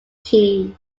key